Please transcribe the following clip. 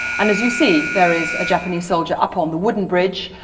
and as you see, there is a japanese soldier up on the wooden bridge.